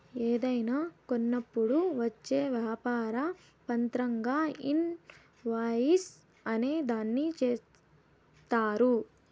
ఏదైనా కొన్నప్పుడు వచ్చే వ్యాపార పత్రంగా ఇన్ వాయిస్ అనే దాన్ని చెప్తారు